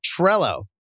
Trello